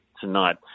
tonight